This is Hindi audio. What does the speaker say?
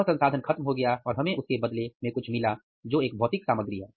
वह संसाधन खत्म हो गया और हमें उसके बदले में कुछ मिला और वह एक भौतिक सामग्री है